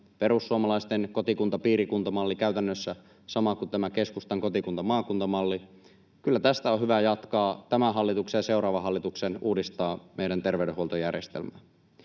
perussuomalaisten kotikunta—piirikunta-malli on käytännössä sama kuin keskustan kotikunta—maakunta-malli, niin kyllä tästä on hyvä jatkaa tämän hallituksen ja seuraavan hallituksen, uudistaa meidän terveydenhuoltojärjestelmäämme.